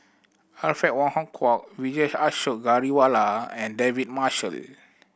Alfred Wong Hong Kwok Vijesh Ashok Ghariwala and David Marshall